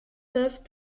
peuvent